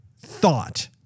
thought